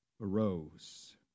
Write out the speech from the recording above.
arose